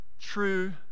true